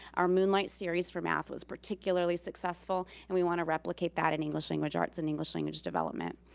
our moonlight series for math was particularly successful, and we wanna replicate that in english language arts and english language development.